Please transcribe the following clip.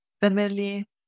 Family